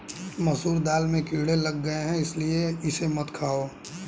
मसूर दाल में कीड़े लग गए है इसलिए इसे मत खाओ